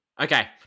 Okay